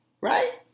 right